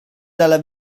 dalla